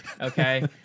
okay